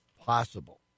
possible